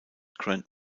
grant